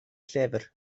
llyfr